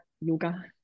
yoga